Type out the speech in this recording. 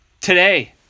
today